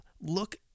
look